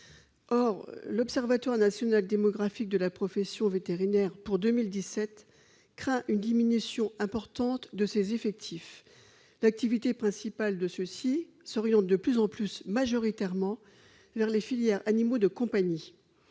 Or l'Observatoire national démographique de la profession vétérinaire pour 2017 craint une diminution importante de ses effectifs. L'activité principale de ceux-ci s'oriente de plus en plus vers les filières « animaux de compagnie